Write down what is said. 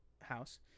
house